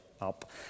up